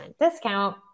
discount